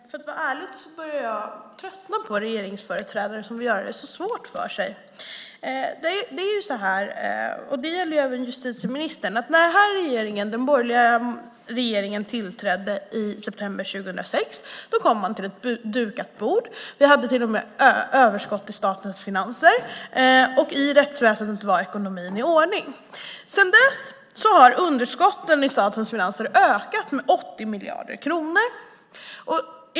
Herr talman! Jag börjar tröttna på regeringsföreträdare som vill göra det så svårt för sig. När den borgerliga regeringen tillträdde - det gäller även justitieministern - i september 2006 kom man till ett dukat bord. Det var till och med överskott i statens finanser. I rättsväsendet var ekonomin i ordning. Sedan dess har underskotten i statens finanser ökat med 80 miljarder kronor.